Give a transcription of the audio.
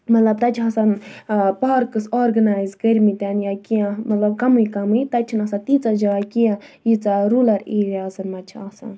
مطلب تَتہِ چھُ آسان پارکٕس آرگنایز کٔرۍ مٕتۍ یا کیٚنٛہہ مطلب کَمٕے کَمٕے تَتہِ چھنہٕ آسان تۭژاہ جاے کیٚنٛہہ یٖژاہ رولَر ایریازَن مَنٛز چھِ آسان